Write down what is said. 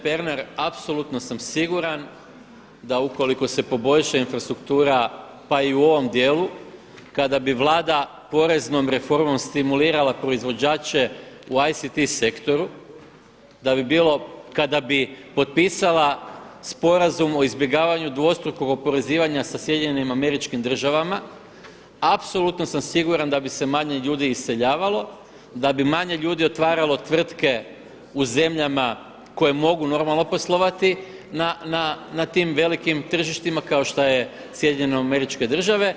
Gospodine Pernar apsolutno sam siguran da ukoliko se poboljša infrastruktura pa i u ovom dijelu kada bi Vlada poreznom reformom stimulirala proizvođače u ICT sektoru, da bi bilo kada bi potpisala Sporazum o izbjegavanju dvostrukog oporezivanja sa SAD-om apsolutno sam siguran da bi se manje ljudi iseljavalo, da bi manje ljudi otvaralo tvrtke u zemljama koje mogu normalno poslovati na tim velikim tržištima kao što je SAD.